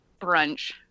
brunch